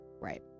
Right